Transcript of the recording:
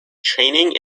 training